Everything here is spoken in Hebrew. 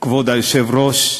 כבוד היושב-ראש,